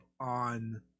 on